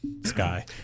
sky